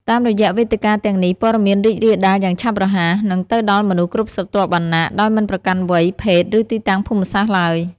តាមរយៈវេទិកាទាំងនេះ ព័ត៌មានរីករាលដាលយ៉ាងឆាប់រហ័ស និងទៅដល់មនុស្សគ្រប់ស្រទាប់វណ្ណៈ ដោយមិនប្រកាន់វ័យ ភេទ ឬទីតាំងភូមិសាស្ត្រឡើយ។